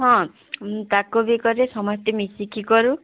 ହଁ ତାକୁ ବି କରେ ସମସ୍ତେ ମିଶିକି କରୁ